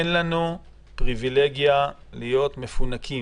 אין לנו פריבילגיה להיות מפונקים,